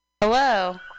Hello